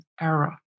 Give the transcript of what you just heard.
era